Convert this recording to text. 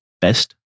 best